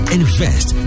invest